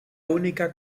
única